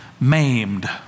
maimed